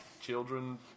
children